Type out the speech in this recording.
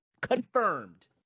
Confirmed